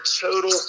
total